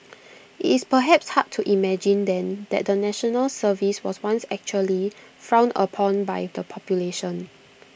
IT is perhaps hard to imagine then that the National Service was once actually frowned upon by the population